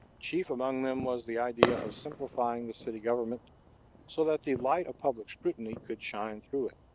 chief among them was the idea of simplifying the city government so that the light of public scrutiny could shine through it.